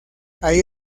allí